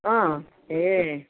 ए